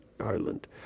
Ireland